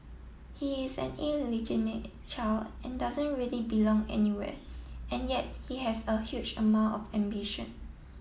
he is an illegimate child and doesn't really belong anywhere and yet he has a huge amount of ambition